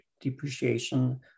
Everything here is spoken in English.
depreciation